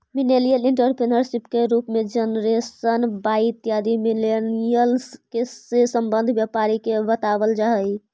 millennial entrepreneurship के रूप में जेनरेशन वाई इत्यादि मिलेनियल्स् से संबंध व्यापारी के बतलावल जा हई